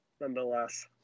nonetheless